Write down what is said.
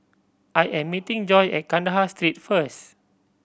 I am meeting Joy at Kandahar Street first